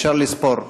אפשר לספור.